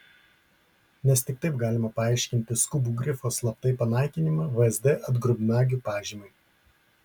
nes tik taip galima paaiškinti skubų grifo slaptai panaikinimą vsd atgrubnagių pažymai